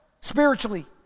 spiritually